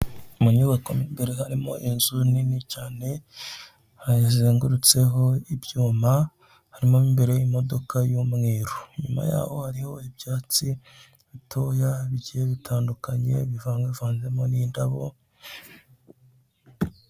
Munyubako mo imbere harimo inzu Nini cyane hazengurutseho ibyuma, harimo mo imbere imodoka y'umweru, inyuma yaho hariho ibyatsi bitoya bigiye bitandukanye bivangavanze n' indabo...